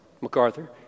MacArthur